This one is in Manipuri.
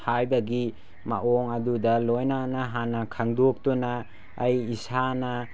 ꯍꯥꯏꯕꯒꯤ ꯃꯑꯣꯡ ꯑꯗꯨꯗ ꯂꯣꯏꯅꯅ ꯍꯥꯟꯅ ꯈꯪꯗꯣꯛꯇꯨꯅ ꯑꯩ ꯏꯁꯥꯅ